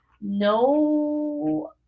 no